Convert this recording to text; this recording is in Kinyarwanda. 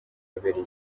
yabereye